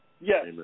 Yes